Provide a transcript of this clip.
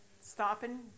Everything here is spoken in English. stopping